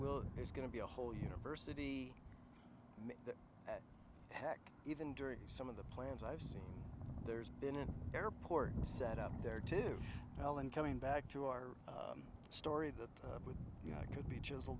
will is going to be a whole university at heck even during some of the plans i've seen there's been an airport set up there too alan coming back to our story that would you know i could be chise